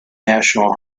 national